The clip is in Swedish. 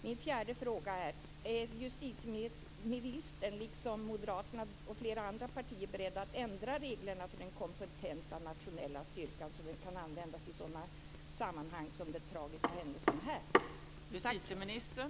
Min fjärde fråga: Är justitieministern liksom moderaterna och flera andra partier beredd att ändra reglerna för den kompetenta nationella styrkan så att den kan användas i sådana sammanhang som den nu aktuella tragiska händelsen?